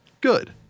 Good